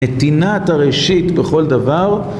את עינת הראשית בכל דבר